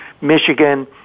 Michigan